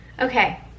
okay